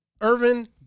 Irvin